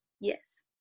yes